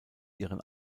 ihren